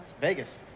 Vegas